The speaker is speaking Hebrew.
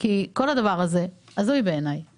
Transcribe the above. כי כל הדבר הזה בעיניי הוא הזוי.